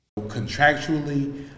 Contractually